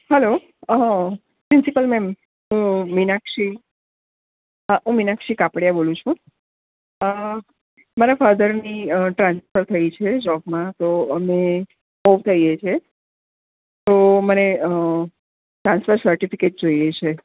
hello principal ma'am હું મીનાક્ષી હા હું મીનાક્ષી કાપડિયા બોલું છું મારા ફાધરની ટ્રાન્સફર થઈ છે જોબમાં તો અમે જઈએ છે તો મને ટ્રાન્સફર સર્ટિફિકેટ જોઈએ છે